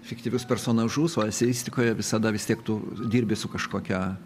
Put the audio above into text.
fiktyvius personažus o eseistikoje visada vis tiek tu dirbi su kažkokia